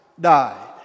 died